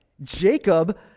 Jacob